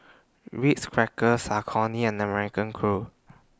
Ritz Crackers Saucony and American Crew